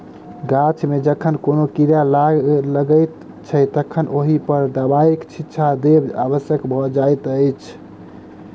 गाछ मे जखन कोनो कीड़ा लाग लगैत छै तखन ओहि पर दबाइक छिच्चा देब आवश्यक भ जाइत अछि